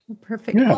Perfect